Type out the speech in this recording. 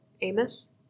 Amos